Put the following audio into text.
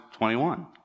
21